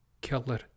kettle